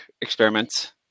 experiments